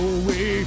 away